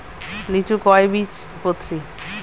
লিচু কয় বীজপত্রী?